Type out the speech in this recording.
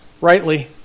rightly